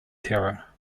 terror